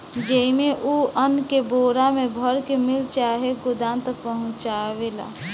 जेइमे, उ अन्न के बोरा मे भर के मिल चाहे गोदाम तक पहुचावेला